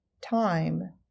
time